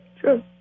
Sure